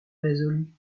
résolue